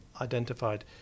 identified